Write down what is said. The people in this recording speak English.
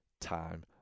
time